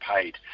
paid